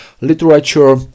literature